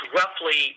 roughly